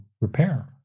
repair